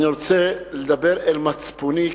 אני רוצה לדבר אל מצפוני,